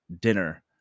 dinner